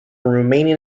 romanian